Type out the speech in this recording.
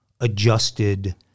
adjusted